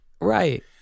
Right